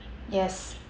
yes